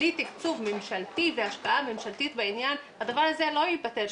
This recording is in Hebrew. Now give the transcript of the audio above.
בלי תקצוב ממשלתי והשקעה ממשלתית בעניין הדבר הזה לא ייפתר,